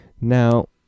Now